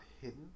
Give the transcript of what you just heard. hidden